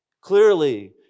Clearly